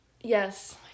Yes